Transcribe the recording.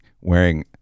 wearing